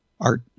art